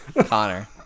Connor